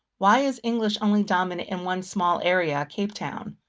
why is english only dominant in one small area, cape town?